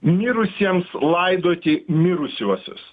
mirusiems laidoti mirusiuosius